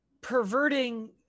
perverting